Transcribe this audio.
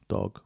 Dog